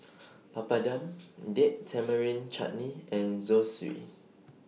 Papadum Date Tamarind Chutney and Zosui